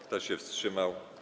Kto się wstrzymał?